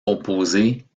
composées